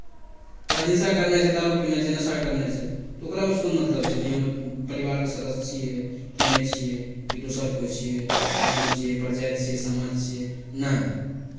ओकरा हिंसा करनाइ छै दारू पीनाइ छै नशा करनाइ छै तऽ ओकरा ओहिसँ कोन मतलब छै कि हमर परिवारके सदस्य छियै कि नहि छियै कि दोसर कोइ छियै गाम छियै परजाति छियै समाज छियै नहि